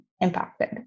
impacted